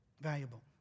Valuable